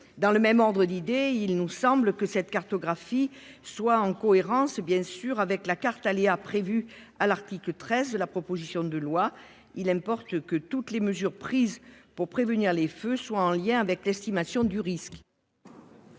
Dans le même ordre d'idée, il nous semble indispensable que cette cartographie soit en cohérence avec la carte d'aléas prévue à l'article 13 du présent texte. Il importe que toutes les mesures prises pour prévenir les feux soient en lien avec l'estimation du risque.